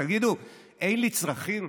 תגידו, אין לי צרכים?